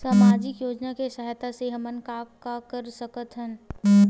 सामजिक योजना के सहायता से हमन का का कर सकत हन?